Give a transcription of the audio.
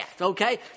okay